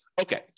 Okay